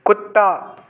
कुत्ता